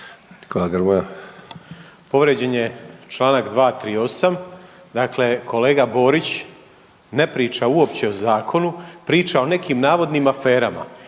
Nikola Grmoja.